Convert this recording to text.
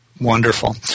Wonderful